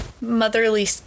motherly